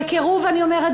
בקירוב אני אומרת,